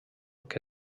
que